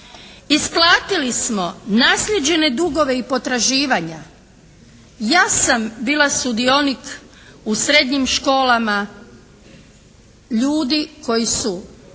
Isplatili smo nasljeđene dugove i potraživanja. Ja sam bila sudionik u srednjim školama ljudi koji su,